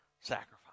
sacrifice